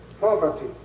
poverty